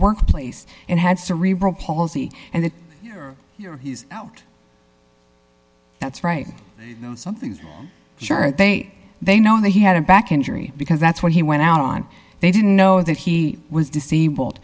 workplace and had cerebral palsy and the that's right something's sure they they know that he had a back injury because that's what he went out on they didn't know that he was disabled